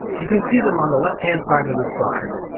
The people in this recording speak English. you can see them on the left-hand side of the slide.